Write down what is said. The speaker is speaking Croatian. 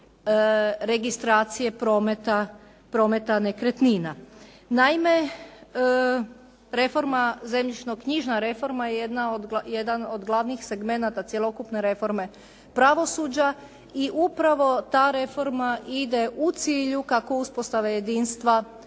registracije prometa nekretnina. Naime, reforma, zemljišno-knjižna reforma je jedan od glavnih segmenata cjelokupne reforme pravosuđa i upravo ta reforma ide u cilju kako uspostave jedinstva